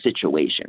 situation